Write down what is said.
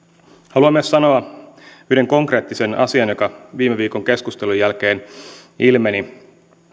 haluan myös sanoa yhden konkreettisen asian joka viime viikon keskustelujen jälkeen ilmeni